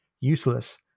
Useless